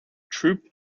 troupe